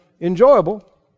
enjoyable